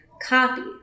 copy